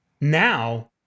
Now